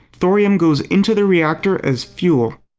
thorium goes into the reactor as fuel,